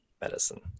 medicine